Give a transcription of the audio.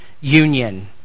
union